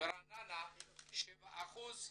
ורעננה 7%